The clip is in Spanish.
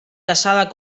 casado